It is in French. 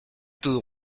tout